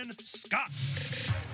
Scott